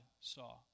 saw